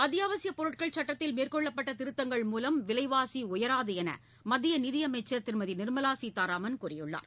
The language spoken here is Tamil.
அத்தியாவசியப் பொருட்கள் சுட்டத்தில் மேற்கொள்ளப்பட்ட திருத்தங்கள் மூலம் விலைவாசி உயராது என்று மத்திய நிதியமைச்சர் திருமதி நிர்மலா சீதாராமன் கூறியுள்ளார்